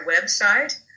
website